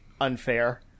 unfair